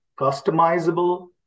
customizable